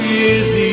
Year's